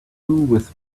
with